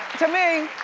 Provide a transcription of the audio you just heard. to me,